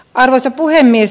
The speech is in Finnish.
arvoisa puhemies